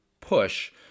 push